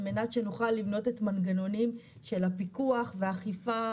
מנת שנוכל לבנות את המנגנונים של הפיקוח והאכיפה,